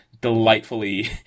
delightfully